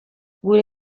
gure